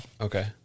Okay